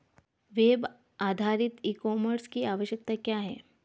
Web आधारित e commerce की आवश्यकता क्या है?